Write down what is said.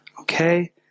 okay